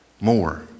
More